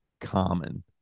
common